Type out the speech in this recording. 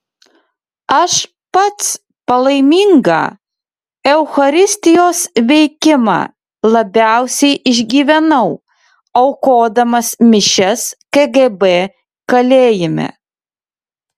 aš pats palaimingą eucharistijos veikimą labiausiai išgyvenau aukodamas mišias kgb kalėjime